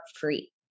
free